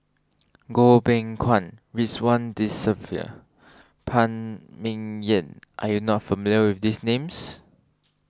Goh Beng Kwan Ridzwan Dzafir Phan Ming Yen are you not familiar with these names